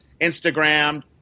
Instagram